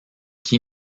qui